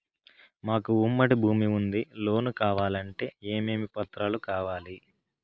మాకు ఉమ్మడి భూమి ఉంది లోను కావాలంటే ఏమేమి పత్రాలు కావాలి?